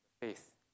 faith